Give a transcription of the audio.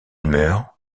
meurt